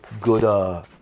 good